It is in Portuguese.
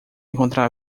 encontrar